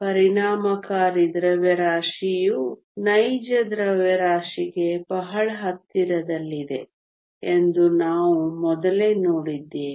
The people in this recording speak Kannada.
ಪರಿಣಾಮಕಾರಿ ದ್ರವ್ಯರಾಶಿಯು ನೈಜ ದ್ರವ್ಯರಾಶಿಗೆ ಬಹಳ ಹತ್ತಿರದಲ್ಲಿದೆ ಎಂದು ನಾವು ಮೊದಲೇ ನೋಡಿದ್ದೇವೆ